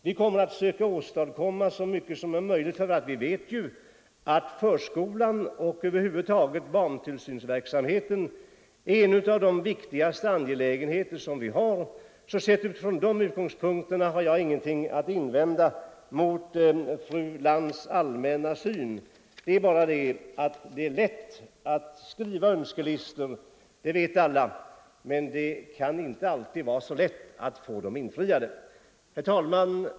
Vi kommer att söka åstadkomma så mycket som möjligt, för vi vet ju att förskolan och över huvud taget barntillsynsverksamheten är en av de viktigaste angelägenheter samhället har. Sett från de utgångspunkterna har jag alltså ingenting att invända mot fru Lantz” allmänna syn. Det är bara det att det är lätt att skriva önskelistor, det vet alla, men det är inte alltid så lätt att få dem infriade. Herr talman!